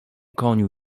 koniu